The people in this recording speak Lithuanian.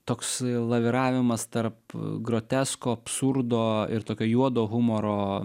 toks laviravimas tarp grotesko absurdo ir tokio juodo humoro